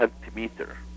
centimeter